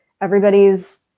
everybody's